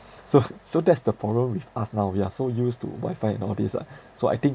so so that's the problem with us now we are so used to WiFi nowadays ah so I think